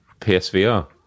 psvr